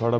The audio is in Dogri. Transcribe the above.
थोहाड़ा